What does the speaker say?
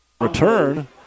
return